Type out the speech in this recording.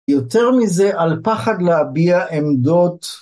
יותר מזה, על פחד להביע עמדות